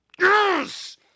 Yes